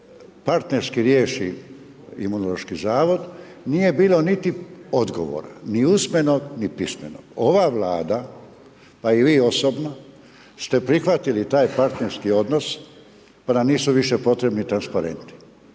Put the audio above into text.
partnerski riješi Imunološki zavod, nije bilo niti odgovora, ni usmenog ni pismenog. Ova Vlada pa i vi osobno ste prihvatili taj partnerski odnos, pa nam nisu više potrebni transparenti,